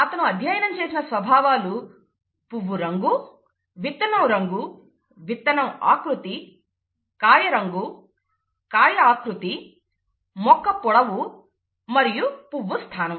అతను అధ్యయనం చేసిన స్వభావాలు పువ్వు రంగు విత్తనం రంగు విత్తనం ఆకృతి కాయ రంగు కాయ ఆకృతి మొక్క పొడవు మరియు పువ్వు స్థానం